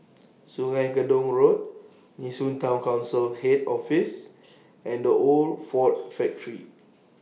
Sungei Gedong Road Nee Soon Town Council Head Office and The Old Ford Factory